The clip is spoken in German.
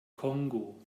kongo